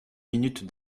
minutes